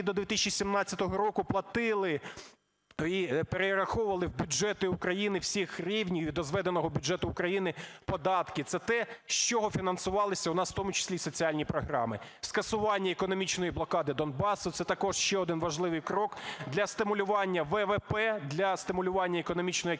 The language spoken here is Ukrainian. до 2017 року платили, перераховували в бюджети України всіх рівнів і до зведеного бюджету України податки. Це те, з чого фінансувалися в нас в тому числі і соціальні програми. Скасування економічної блокади Донбасу – це також ще один важливий крок для стимулювання ВВП, для стимулювання економічної активності